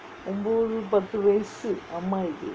ஒம்போது பத்து வயசு அம்மாயிக்கு:ombothu pathu vayasu ammayikku